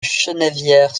chennevières